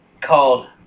called